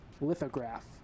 lithograph